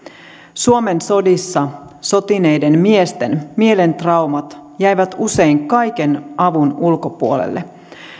suomen sodissa sotineiden miesten mielen traumat jäivät usein kaiken avun ulkopuolelle